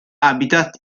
habitat